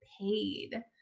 paid